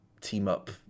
team-up